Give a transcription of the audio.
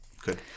Good